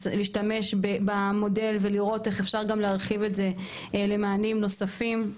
להשתמש במודל ולראות איך אפשר גם להרחיב את זה למענים נוספים.